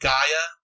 Gaia